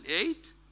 eight